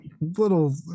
little